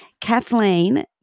Kathleen